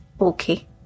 Okay